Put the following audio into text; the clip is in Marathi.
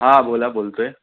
हां बोला बोलतो आहे